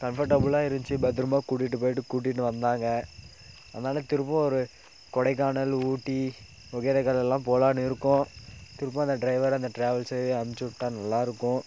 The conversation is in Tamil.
கன்ஃபர்டபிளாக இருந்துச்சி பத்திரமாக கூட்டிகிட்டு போயிவிட்டு கூட்டிகிட்டு வந்தாங்க அதனால் திரும்பவும் ஒரு கொடைக்கானல் ஊட்டி ஒகேனக்கல் எல்லாம் போலான்னு இருக்கோம் திருப்பும் அந்த டிரைவர் அந்த டிராவல்ஸு அம்ச்சிவிட்டா நல்லாயிருக்கும்